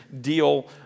deal